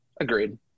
Agreed